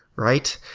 right?